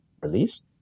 released